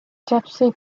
gypsy